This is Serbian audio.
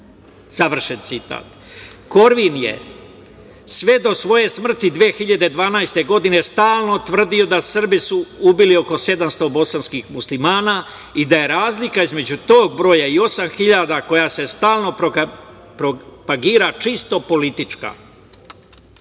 Završen citat. Korvin je sve do svoje smrti 2012. godine stalno tvrdio da Srbi su ubili oko sedamsto bosanskih muslimana i da je razlika između tog broja i osam hiljada koja se stalno propagira, čisto politička. Poštovani